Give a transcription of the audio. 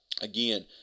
Again